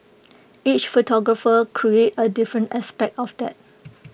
each photographer created A different aspect of that